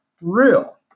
real